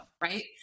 Right